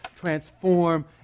transform